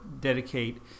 dedicate